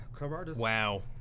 Wow